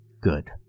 Good